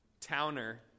Towner